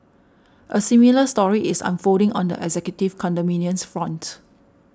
a similar story is unfolding on the executive condominiums front